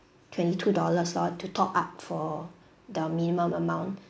twenty two dollars lor to top up for the minimum amount